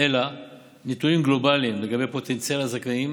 אלא נתונים גלובליים לגבי פוטנציאל הזכאים